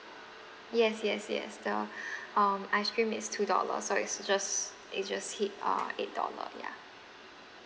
yes yes yes the um ice cream is two dollar so it's just it just hit uh eight dollar ya